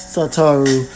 Satoru